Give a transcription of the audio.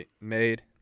made